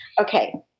Okay